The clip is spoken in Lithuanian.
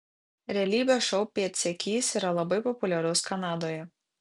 realybės šou pėdsekys yra labai populiarus kanadoje